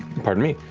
pardon me,